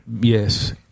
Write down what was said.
Yes